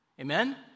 Amen